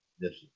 yes